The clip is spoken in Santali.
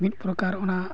ᱢᱤᱫ ᱯᱨᱚᱠᱟᱨ ᱚᱱᱟ